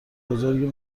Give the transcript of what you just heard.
بزرگی